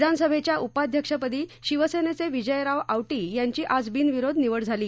विधानसभेच्या उपाध्यक्षपदी शिवसेनेचे विजयराव औटी यांची आज बिनविरोध निवड झाली